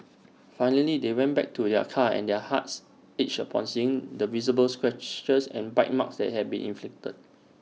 finally they went back to their car and their hearts ached upon seeing the visible scratches and bite marks that had been inflicted